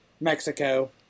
Mexico